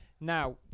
Now